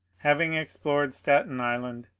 having explored staten island,